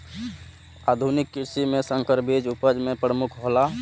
आधुनिक कृषि में संकर बीज उपज में प्रमुख हौला